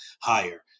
higher